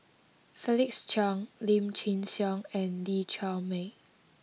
Felix Cheong Lim Chin Siong and Lee Chiaw Meng